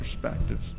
perspectives